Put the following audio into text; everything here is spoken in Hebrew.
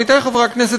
עמיתי חברי הכנסת,